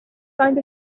kind